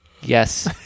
Yes